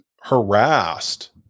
harassed